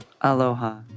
Aloha